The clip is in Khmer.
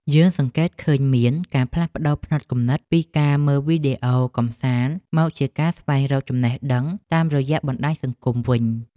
យើងសង្កេតឃើញមានការផ្លាស់ប្តូរផ្នត់គំនិតពីការមើលវីដេអូកម្សាន្តមកជាការស្វែងរកចំណេះដឹងតាមរយៈបណ្តាញសង្គមវិញ។